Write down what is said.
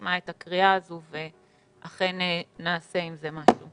ישמע את הקריאה הזו ואכן נעשה עם זה משהו.